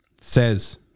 says